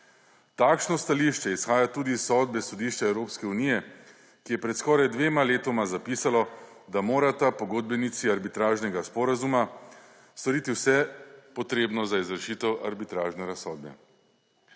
Takšno stališče izhaja tudi iz sodbe Sodišča Evropske unije, ki je pred skoraj dvema letoma zapisalo, da morata pogodbenici arbitražnega sporazuma storiti vse potrebno za izvršitev arbitražne razsodbe.